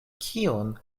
kion